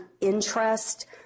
interest